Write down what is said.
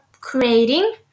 creating